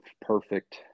perfect